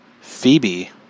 Phoebe